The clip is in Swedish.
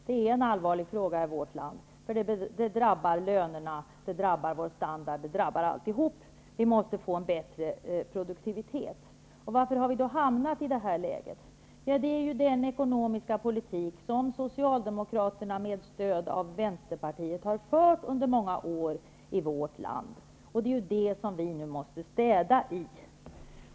Det är en allvarlig fråga i vårt land. Dålig produktivitet drabbar nämligen lönerna, vår standard och allt annat. Vi måste därför få en bättre produktivitet. Varför har vi hamnat i detta läge? Det beror på den ekonomiska politik som Socialdemokraterna med stöd av Vänsterpartiet har fört under många år i vårt land. Denna politik måste vi nu städa i.